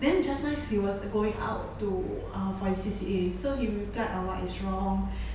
then just nice he was going out to uh for his C_C_A so he replied on what is wrong